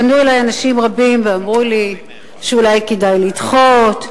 פנו אלי אנשים רבים ואמרו לי שאולי כדאי לדחות,